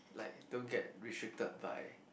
like don't get restricted by